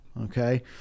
Okay